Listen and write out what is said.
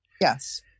Yes